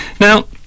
Now